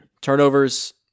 Turnovers